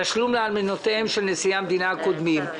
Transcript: תשלום לאלמנותיהם של נשיאי המדינה הקודמים.